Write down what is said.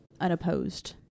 unopposed